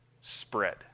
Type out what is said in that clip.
spread